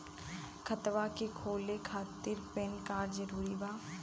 खतवा के खोले खातिर पेन कार्ड जरूरी बा?